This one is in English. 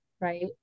right